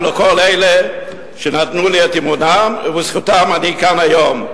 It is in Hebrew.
ולכל אלה שנתנו בי את אמונם ובזכותם אני כאן היום,